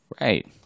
right